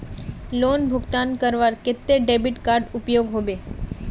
Loan भुगतान करवार केते डेबिट कार्ड उपयोग होबे?